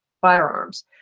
firearms